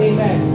Amen